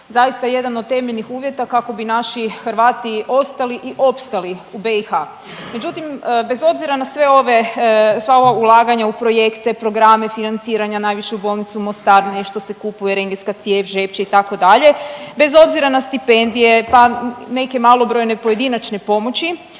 zaista jedan od temeljnih uvjeta kako bi naši Hrvati ostali i opstali u BiH. Međutim, bez obzira na sva ova ulaganja u projekte u programe, financiranja javiše u Bolnicu u Mostar nešto se kupuje rendgenska cijev Žepče itd. bez obzira na stipendije, pa neke malobrojne pojedinačne pomoći